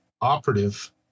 operative